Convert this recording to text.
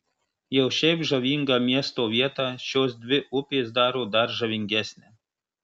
jau šiaip žavingą miesto vietą šios dvi upės daro dar žavingesnę